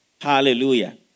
Hallelujah